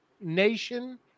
Nation